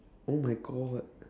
oh my god